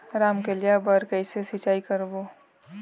रमकलिया बर कइसे सिचाई करबो?